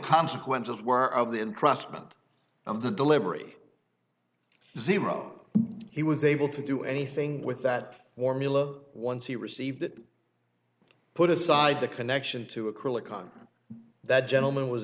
consequences were of the uncrushed and of the delivery zero he was able to do anything with that formula once he received it put aside the connection to acrylic on that gentleman was